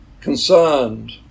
concerned